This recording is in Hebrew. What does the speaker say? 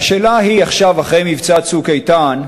והשאלה היא עכשיו, אחרי מבצע "צוק איתן",